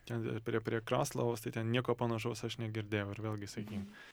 ten prie prie kraslavos tai ten nieko panašaus aš negirdėjau ir vėl gi sakykim